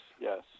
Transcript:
yes